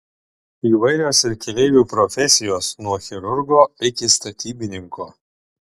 įvairios ir keleivių profesijos nuo chirurgo iki statybininko